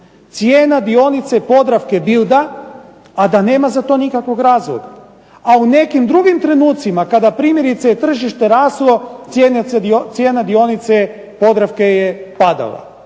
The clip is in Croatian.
cijena dionice Podravke bilda, a da nema za to nikakvog razloga, a u nekim drugim trenutcima kada primjerice tržište raslo cijena dionice Podravke je padala.